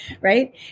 right